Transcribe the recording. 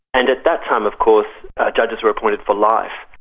and at that time of course judges were appointed for life.